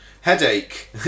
Headache